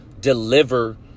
deliver